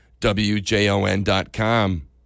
wjon.com